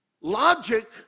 Logic